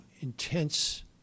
intense